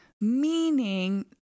Meaning